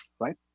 right